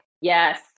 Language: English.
Yes